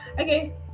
okay